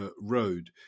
Road